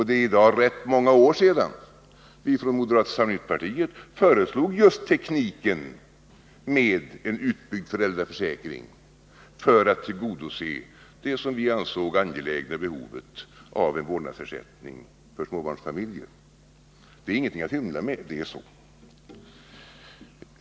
Det är i dag rätt många år sedan vi från moderata samlingspartiet föreslog just tekniken med utbyggd föräldraförsäkring för att tillgodose det, som vi ansåg, angelägna behovet av en vårdnadsersättning till småbarnsfamiljer. Det är ingenting att hymla med — det är så.